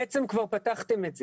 בעצם כבר פתחתם את זה,